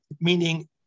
meaning